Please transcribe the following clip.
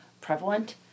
prevalent